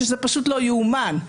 שזה פשוט לא יאומן.